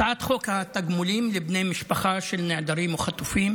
הצעת חוק תגמולים לבני משפחה של נעדרים או חטופים,